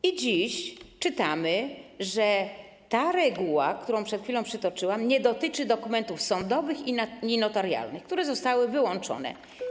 I dziś czytamy, że ta reguła, którą przed chwilą przytoczyłam, nie dotyczy dokumentów sądowych i notarialnych, które zostały wyłączone.